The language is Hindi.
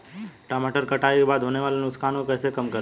टमाटर कटाई के बाद होने वाले नुकसान को कैसे कम करते हैं?